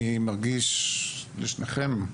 אני מרגיש לשניכם,